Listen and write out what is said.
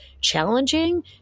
challenging